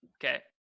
Okay